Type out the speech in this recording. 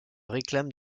réclame